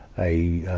i,